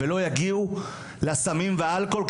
ולא יגיעו לסמים ולאלכוהול.